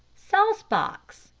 saucebox,